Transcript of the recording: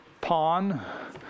pawn